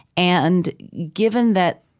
and given that,